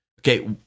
Okay